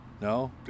No